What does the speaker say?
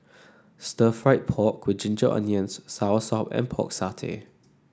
Stir Fried Pork with Ginger Onions Soursop and Pork Satay